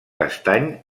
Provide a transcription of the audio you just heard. castany